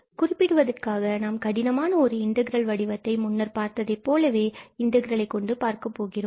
இதை குறிப்பிடுவதற்காக நாம் கடினமான ஒரு வடிவத்தை முன்னர் பார்த்ததை போலவே இன்டகிரலை கொண்டு பார்க்கப்போகிறோம்